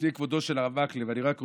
מפני כבודו של הרב מקלב אני רק רוצה,